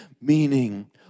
meaning